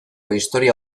historia